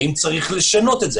האם צריך לשנות את זה?